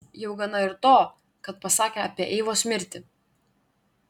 jau gana ir to kad pasakė apie eivos mirtį